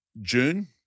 June